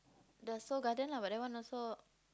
the Seoul-Garden lah but that one also